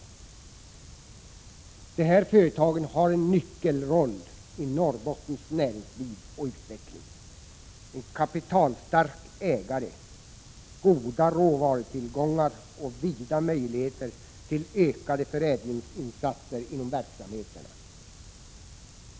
De här företagen har en nyckelroll i Norrbottens näringsliv och utveckling: en kapitalstark ägare, goda råvarutillgångar och vida möjligheter till ökade förädlingsinsatser inom verksamheterna.